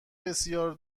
بسیار